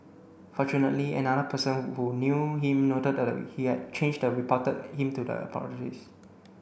fortunately another person who knew him noted that he had changed and reported him to the authorities